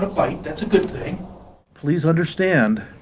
ah bite, that's a good thing please understand,